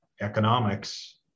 economics